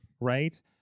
right